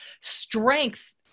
strength